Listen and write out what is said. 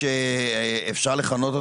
אני רוצה לעשות מיפוי חשוב שנדע